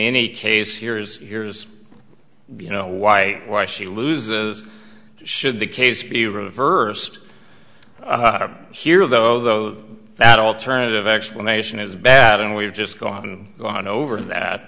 any case here's here's you know why why she loses should the case be reversed here though those that alternative explanation is bad and we've just gone and gone